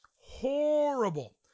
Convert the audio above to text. Horrible